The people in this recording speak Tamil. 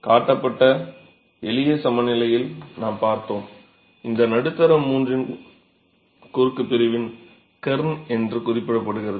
காட்டப்பட்ட எளிய சமநிலையால் நாம் பார்த்தோம் இந்த நடுத்தர மூன்றில் குறுக்கு பிரிவின் கெர்ன் என்றும் குறிப்பிடப்படுகிறது